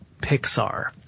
pixar